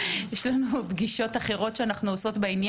אני מקיימות פגישות אחרות בעניין